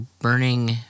burning